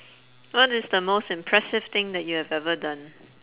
what is the most impressive thing that you have ever done